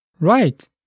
Right